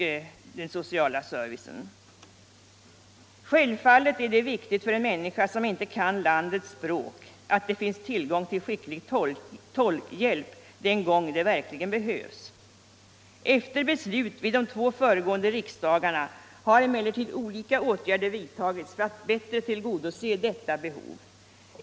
Självfallet är det viktigt för en människa som inte kan landets språk att det finns tillgång till skicklig tolkhjälp den gång det verkligen behövs. Efter beslut vid de två föregående riksdagarna har olika åtgärder vidtagits för att bättre tillgodose dessa behov.